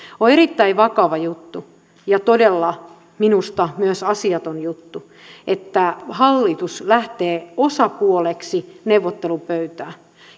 on erittäin vakava juttu ja todella minusta myös asiaton juttu että hallitus lähtee osapuoleksi neuvottelupöytään